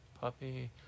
Puppy